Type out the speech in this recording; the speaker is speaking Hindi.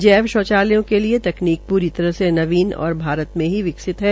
जैव शौचालयों के लिए तकनीक पूरी तरह से नवीन और भारत में ही विकसित की गई है